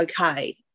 okay